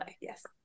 Yes